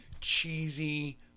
cheesy